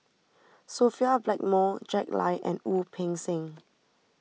Sophia Blackmore Jack Lai and Wu Peng Seng